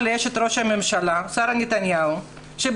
בעיקר רוצה להודות לאשת ראש הממשלה שרה נתניהו שבזכותה